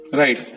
right